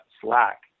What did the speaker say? slack